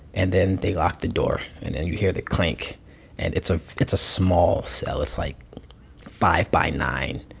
and then they locked the door. and then you hear the clink and it's ah it's a small cell. it's like five by nine,